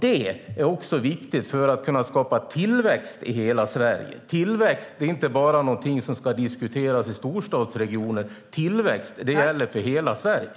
Det är viktigt för att kunna skapa tillväxt i hela Sverige. Tillväxt är inte något som ska diskuteras bara i storstadsregioner; tillväxt gäller för hela Sverige.